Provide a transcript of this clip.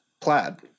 plaid